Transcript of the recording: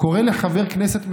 קרא לחבר כנסת "מחבל"